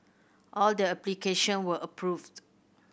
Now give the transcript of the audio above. all the application were approved